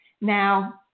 Now